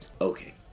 Okay